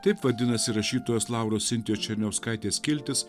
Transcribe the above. taip vadinasi rašytojos lauros sintijos černiauskaitės skiltis